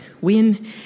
win